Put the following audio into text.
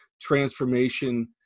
transformation